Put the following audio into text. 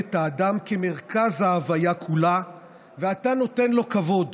את האדם כמרכז ההוויה כולה ואתה נותן לו כבוד.